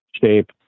shape